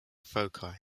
foci